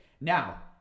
Now